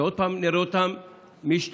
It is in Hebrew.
עוד פעם נראה אותם משתחררים.